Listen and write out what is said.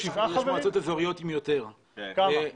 יש מועצות אזוריות עם יותר חברים.